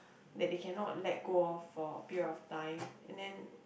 that they cannot let go of for a period of time and then